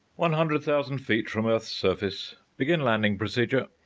one hundred thousand feet from earth's surface! begin landing procedure!